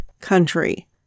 country